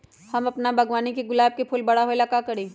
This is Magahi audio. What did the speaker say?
हम अपना बागवानी के गुलाब के फूल बारा होय ला का करी?